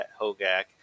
Hogak